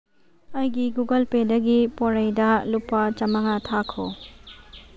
ꯑꯩꯒꯤ ꯒꯨꯒꯜ ꯄꯦꯗꯒꯤ ꯄꯣꯔꯩꯗ ꯂꯨꯄꯥ ꯆꯥꯝꯃꯉꯥ ꯊꯥꯈꯣ